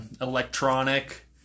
electronic